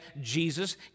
Jesus